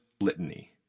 litany